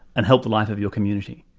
and help the life of your community,